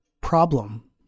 problem